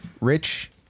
rich